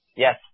Yes